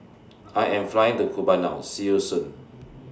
I Am Flying to Cuba now See YOU Soon